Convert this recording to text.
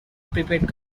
prepaid